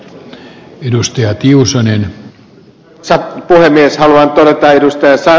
haluan todeta ed